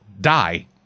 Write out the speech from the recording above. die